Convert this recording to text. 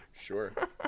Sure